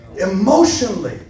Emotionally